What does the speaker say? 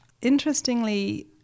Interestingly